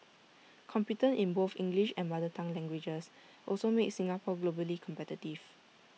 competence in both English and mother tongue languages also makes Singapore globally competitive